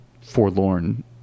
forlorn